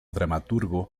dramaturgo